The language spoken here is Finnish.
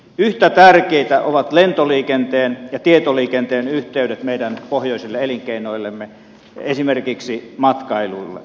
yhtä tärkeitä ovat lentoliikenteen ja tietoliikenteen yhteydet meidän pohjoisille elinkeinoillemme esimerkiksi matkailulle